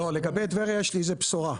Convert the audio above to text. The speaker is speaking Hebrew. לגבי טבריה יש לי בשורה.